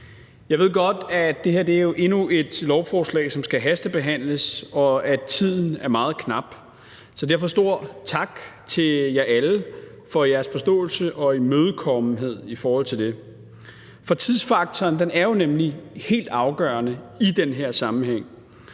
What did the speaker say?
Jeg ved godt, at det her jo er endnu et lovforslag, som skal hastebehandles, og at tiden er meget knap. Så derfor stor tak til jer alle for jeres forståelse og imødekommenhed i forhold til det. For tidsfaktoren er jo nemlig helt afgørende i den her sammenhæng;